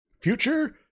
Future